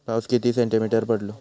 पाऊस किती सेंटीमीटर पडलो?